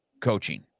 coaching